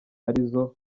arizo